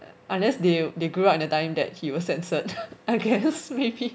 unless they they grew up in a time that he was censored okay that's maybe